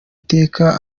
iteka